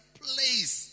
place